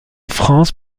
france